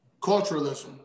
culturalism